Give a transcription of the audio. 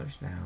now